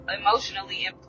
emotionally